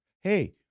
Hey